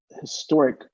historic